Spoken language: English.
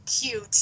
cute